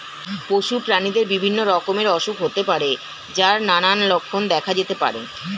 পশু প্রাণীদের বিভিন্ন রকমের অসুখ হতে পারে যার নানান লক্ষণ দেখা যেতে পারে